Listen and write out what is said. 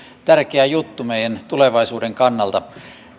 tärkeä juttu meidän tulevaisuuden kannalta